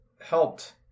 helped